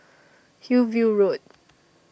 Hillview Road